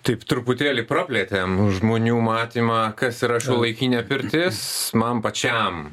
taip truputėlį praplėtėm žmonių matymą kas yra šiuolaikinė pirtis man pačiam